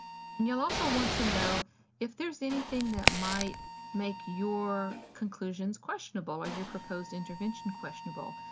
and you'll also want to know if there's anything that might make your conclusions questionable or your proposed intervention questionable.